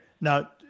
now